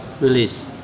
Release